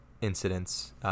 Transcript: incidents